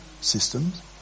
systems